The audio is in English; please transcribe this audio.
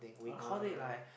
ah